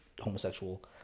homosexual